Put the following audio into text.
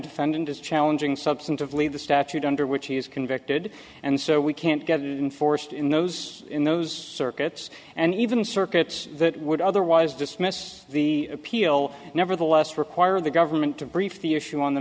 defendant is challenging substantively the statute under which he is convicted and so we can't get forced in those in those circuits and even circuits that would otherwise dismiss the appeal nevertheless require the government to brief the issue on the